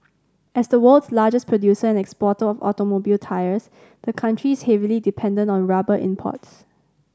as the world's largest producer and exporter of automobile tyres the country's heavily dependent on rubber imports